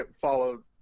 Follow